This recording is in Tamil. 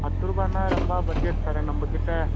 பத்துரூபான்னா ரொம்ப பட்ஜெட் சார் நம்மகிட்ட